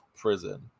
prison